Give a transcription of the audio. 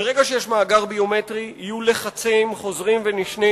ברגע שיש מאגר ביומטרי יהיו לחצים חוזרים ונשנים